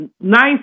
nice